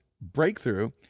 breakthrough